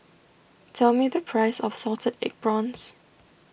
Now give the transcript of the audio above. tell me the price of Salted Egg Prawns